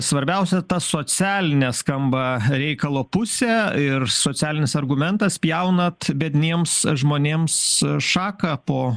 svarbiausia ta socialine skamba reikalo pusė ir socialinis argumentas pjaunat biedniems žmonėms šaką po